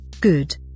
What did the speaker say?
Good